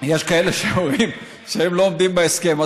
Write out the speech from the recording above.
יש כאלה שאומרים שהם לא עומדים בהסכם.